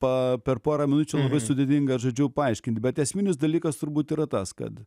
pą per porą minučių labai sudėtinga žodžiu paaiškint bet esminis dalykas turbūt yra tas kad